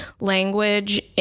language